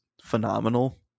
phenomenal